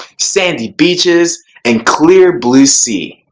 sandy beaches and clear blue sea.